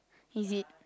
is it